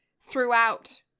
throughout